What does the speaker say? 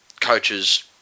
coaches